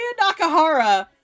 Nakahara